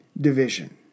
division